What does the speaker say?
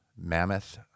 Mammoth